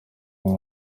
baba